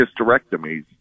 hysterectomies